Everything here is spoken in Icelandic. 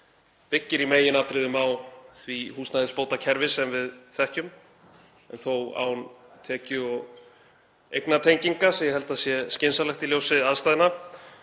byggir í meginatriðum á því húsnæðisbótakerfi sem við þekkjum en þó án tekju- og eignatenginga sem ég held að sé skynsamlegt í ljósi aðstæðna.